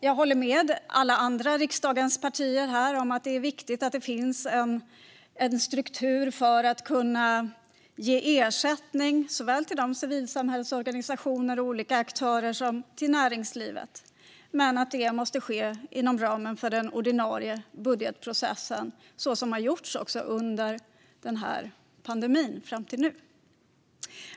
Jag håller med riksdagens alla andra partier om att det är viktigt att det finns en struktur för att ge ersättning såväl till civilsamhällesorganisationer och olika aktörer som till näringslivet, men det måste ske inom ramen för den ordinarie budgetprocessen - vilket också har skett under den här pandemin, fram till nu.